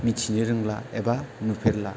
मिथिनो रोंला एबा नुफेरला